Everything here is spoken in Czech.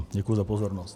Děkuji za pozornost.